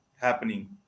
happening